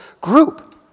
group